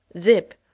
zip